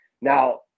Now